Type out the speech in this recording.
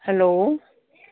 hello